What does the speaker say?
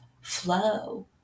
flow